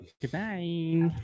Goodbye